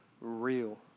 real